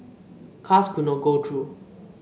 cars could not go through